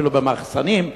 אפילו במחסנים,